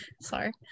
sorry